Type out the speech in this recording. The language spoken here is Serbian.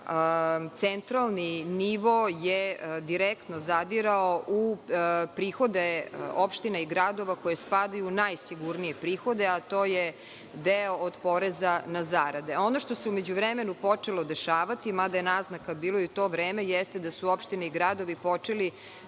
centralni nivo je direktno zadirao u prihode opština i gradova koji spadaju u najsigurnije prihode, a to je deo od poreza na zarade. Ono što se u međuvremenu počelo dešavati, mada je naznaka bilo i u to vreme, jeste da su opštine i gradovi počeli